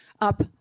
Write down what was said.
up